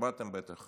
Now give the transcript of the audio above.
שמעתם בטח